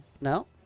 No